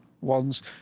ones